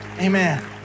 Amen